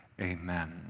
Amen